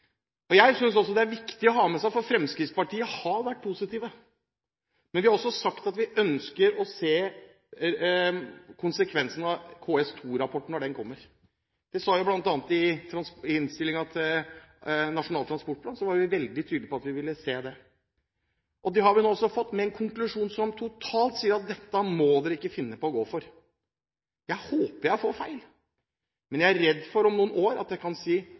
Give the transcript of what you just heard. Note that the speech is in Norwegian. prosjektet?» Jeg håper at statsråden kan svare på det. Jeg synes det er viktig å ha med seg, for Fremskrittspartiet har vært positive, men vi har også sagt at vi ønsker å se konsekvensene av KS2-rapporten når den kommer. Blant annet i innstillingen til Nasjonal transportplan var vi veldig tydelige på at vi ville se det. Det har vi nå også fått, med en konklusjon som sier at dette må vi ikke finne på å gå for. Jeg håper jeg tar feil, men jeg er redd for at jeg om noen år kan si: